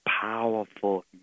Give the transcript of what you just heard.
powerful